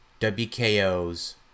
wko's